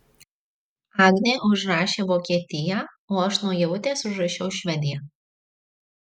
agnė užrašė vokietiją o aš nuo ievutės užrašiau švediją